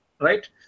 right